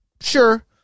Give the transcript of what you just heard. sure